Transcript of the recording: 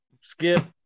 Skip